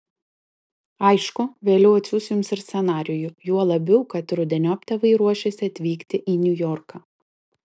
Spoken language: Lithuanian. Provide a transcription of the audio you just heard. aišku vėliau atsiųs jums ir scenarijų juo labiau kad rudeniop tėvai ruošiasi atvykti į niujorką